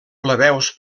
plebeus